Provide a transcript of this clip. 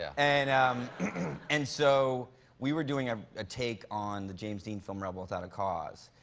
yeah and um and so we were doing ah a take on the james dean film rebel without a cause.